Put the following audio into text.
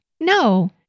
No